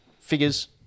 figures